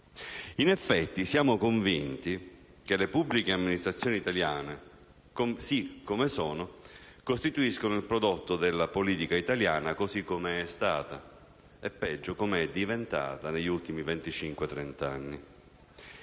In effetti siamo convinti che le pubbliche amministrazioni italiane, così come sono, costituiscono il prodotto della politica italiana così com'è stata e, peggio, com'è diventata negli ultimi